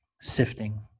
sifting